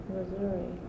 Missouri